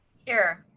here.